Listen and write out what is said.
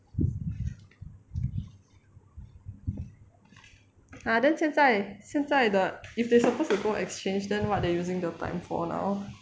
!huh! then 现在现在的 if they supposed to go exchange then what they using the time for now